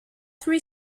three